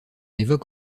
évoque